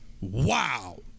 Wow